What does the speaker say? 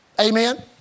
Amen